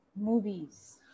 Movies